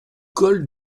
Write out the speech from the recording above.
col